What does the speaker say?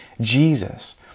Jesus